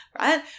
right